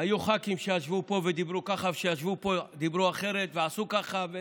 היו ח"כים שישבו פה ודיברו ככה וכשישבו פה דיברו אחרת ועשו ככה.